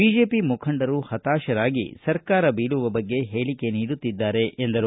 BJP ಮುಖಂಡರು ಹತಾಶರಾಗಿ ಸರಕಾರ ಬೀಳುವ ಬಗ್ಗೆ ಹೇಳಿಕೆ ನೀಡುತ್ತಿದ್ದಾರೆ ಎಂದರು